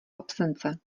absence